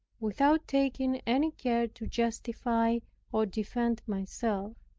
without taking any care to justify or defend myself,